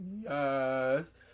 Yes